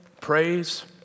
praise